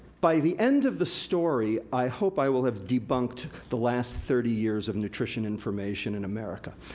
by the end of the story i hope i will have debunked the last thirty years of nutrition information in america.